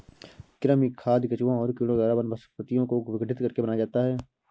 कृमि खाद केंचुआ और कीड़ों द्वारा वनस्पतियों को विघटित करके बनाया जाता है